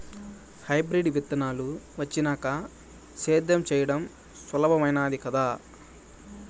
hybrid విత్తనాలు వచ్చినాక సేద్యం చెయ్యడం సులభామైనాది కదా